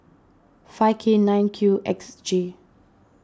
five K nine Q X J